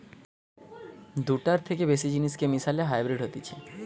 দুটার থেকে বেশি জিনিসকে মিশালে হাইব্রিড হতিছে